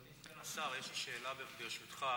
אדוני סגן השר, יש לי שאלה, ברשותך,